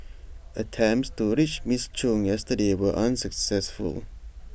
attempts to reach Ms chung yesterday were unsuccessful